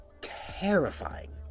terrifying